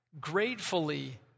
gratefully